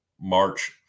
March